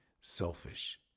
selfish